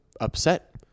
upset